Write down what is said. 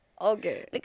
Okay